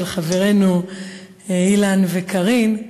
של חברינו אילן וקארין,